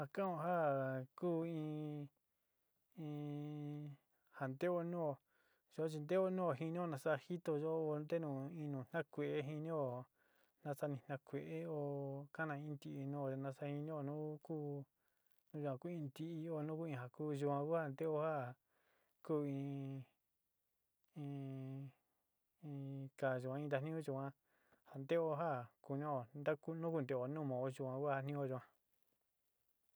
Ja kan'ó ja ku in in ja nteó nuó yuan chi nteó nuo te jinio nasa jitoyó ntenu in nu ja ku'eé jinío nasa ni ja kuee oó kana in ntii nuo nasa jinío nu ku ja ku in ntií yuan nuku in ja ku yuan kua nteo yuaa ja ku in in in kaá yuan jin tajniñu yuan ja nteo ja kunio ntaku nu nteó nu maó yuan jatnío yuan.